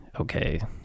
okay